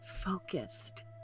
focused